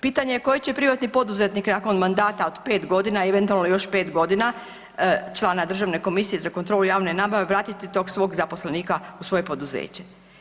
Pitanje je koji će privatni poduzetnik nakon mandata od pet godina, eventualno još pet godina člana Državne komisije za kontrolu javne nabave vratiti tog svog zaposlenika u svoje poduzeće.